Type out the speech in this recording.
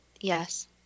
Yes